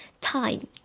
time